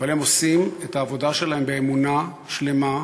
אבל הם עושים את העבודה שלהם באמונה שלמה,